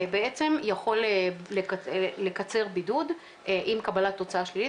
בעצם יכול לקצר בידוד עם קבלת תוצאה שלילית